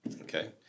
Okay